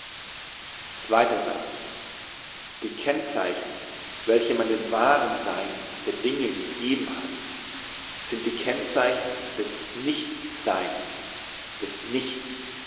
zweiter satz die kennzeichen welche man dem wahren sein der dinge gegeben hat sind die kennzeichen des nicht seins des nichts